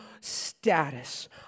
status